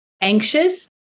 anxious